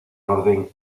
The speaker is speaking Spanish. orden